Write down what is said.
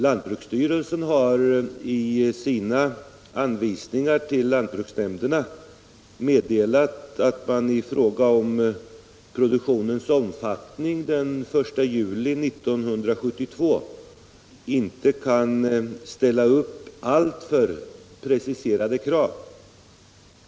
Lantbruksstyrelsen har i sina anvisningar till lantbruksnämnderna meddelat att man i fråga om produktionens omfattning den 1 juli 1972 inte kan ställa upp alltför preciserade krav.